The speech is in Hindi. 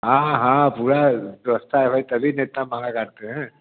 हाँ हाँ पूरा व्यवस्था है भाई तब ही ने इतना महँगा काटते हैं